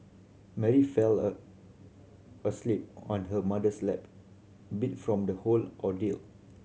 Mary fell a asleep on her mother's lap beat from the whole ordeal